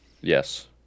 Yes